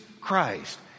Christ